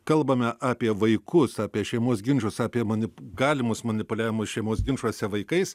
kalbame apie vaikus apie šeimos ginčus apie manip galimus manipuliavimus šeimos ginčuose vaikais